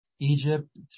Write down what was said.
Egypt